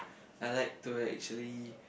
I like to actually